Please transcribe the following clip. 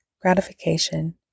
gratification